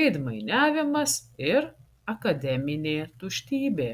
veidmainiavimas ir akademinė tuštybė